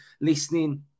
listening